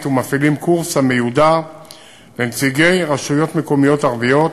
ומפעילים קורס המיועד לנציגי רשויות מקומיות ערביות,